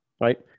right